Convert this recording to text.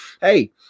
hey